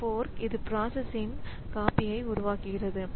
இந்த ஃபோர்க் இது ப்ராசஸ்இன் காப்பி உருவாக்குகிறது